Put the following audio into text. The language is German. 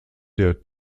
der